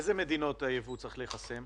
מאיזה מדינות הייבוא צריך להיחסם?